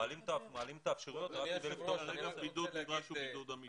רק מעלים את האפשרויות כדי ל --- הבידוד שנדרש הוא בידוד אמיתי.